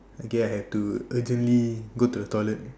okay I have to urgently go to the toilet